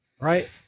right